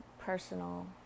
personal